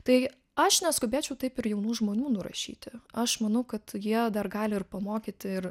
tai aš neskubėčiau taip ir jaunų žmonių nurašyti aš manau kad jie dar gali ir pamokyti ir